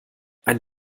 ein